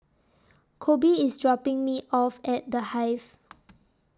Kobe IS dropping Me off At The Hive